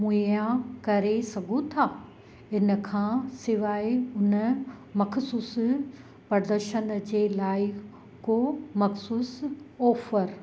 मुहैया करे सघो था हिन खां सवाइ न मख़सूसु प्रदर्शन जे लाइ को मख़सूसु ऑफ़र